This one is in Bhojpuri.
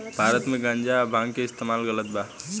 भारत मे गांजा आ भांग के इस्तमाल गलत बा